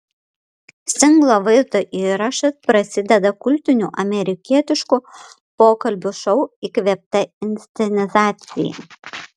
singlo vaizdo įrašas prasideda kultinių amerikietiškų pokalbių šou įkvėpta inscenizacija